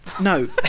No